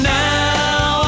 now